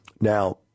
Now